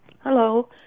Hello